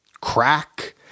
crack